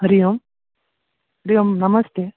हरिः ओं हरिः ओं नमस्ते